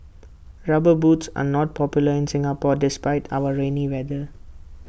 rubber boots are not popular in Singapore despite our rainy weather